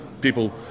people